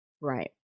right